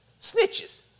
snitches